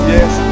Yes